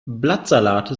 blattsalate